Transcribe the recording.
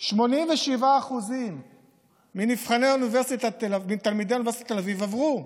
87% מתלמידי אוניברסיטת תל אביב עברו,